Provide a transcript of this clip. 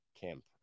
camp